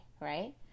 right